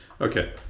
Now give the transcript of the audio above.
Okay